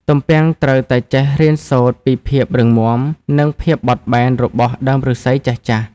ទំពាំងត្រូវតែចេះរៀនសូត្រពីភាពរឹងមាំ និងភាពបត់បែនរបស់ដើមឫស្សីចាស់ៗ។